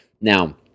Now